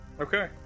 Okay